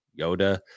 yoda